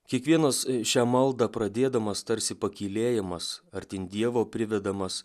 kiekvienas šią maldą pradėdamas tarsi pakylėjamas artyn dievo privedamas